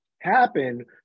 happen